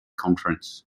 conference